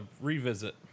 revisit